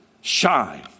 shine